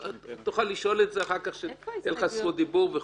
תוכל לשאול את זה אחר כך כשתהיה לך זכות דיבור.